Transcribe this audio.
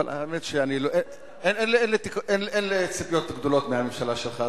האמת היא שאין לי ציפיות גדולות מהממשלה שלך,